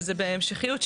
וזה בהמשכיות,